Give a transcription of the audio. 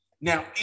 Now